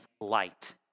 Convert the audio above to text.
light